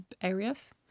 areas